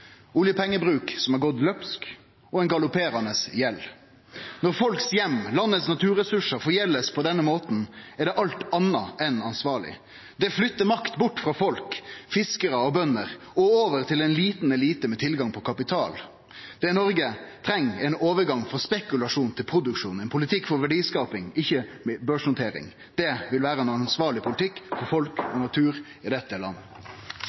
oljepengebruk som har løpt løpsk, og ein galopperande gjeld. Når heimane til folk og naturressursane i landet blir forgjelda på denne måten, er det alt anna enn ansvarleg. Det flytter makt bort frå folk, fiskarar og bønder og over til ein liten elite med tilgang på kapital. Det Noreg treng, er ein overgang frå spekulasjon til produksjon, ein politikk for verdiskaping, ikkje for børsnotering. Det vil vere ein ansvarleg politikk for folk og natur i dette